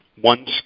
one